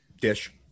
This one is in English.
Dish